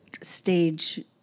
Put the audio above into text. stage